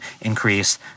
increase